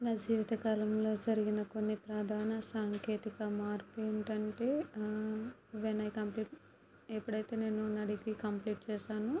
నా జీవిత కాలంలో జరిగిన కొన్ని ప్రధాన సాంకేతిక మార్పు ఏంటంటే వెన్ ఐ కంప్లీట్ ఎప్పుడైతే నేను నా డిగ్రీ కంప్లీట్ చేశానో